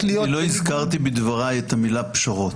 להיות --- לא הזכרתי בדבריי את המילה "פשרות".